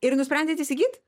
ir nusprendėt įsigyt